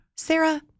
Sarah